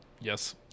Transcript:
Yes